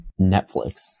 Netflix